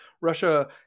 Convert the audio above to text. Russia